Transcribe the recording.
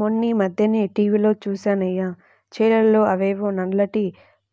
మొన్నీమధ్యనే టీవీలో జూశానయ్య, చేలల్లో అవేవో నల్లటి